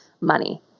money